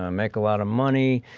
ah make a lot of money,